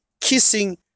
kissing